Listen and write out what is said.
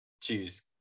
choose